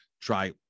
Try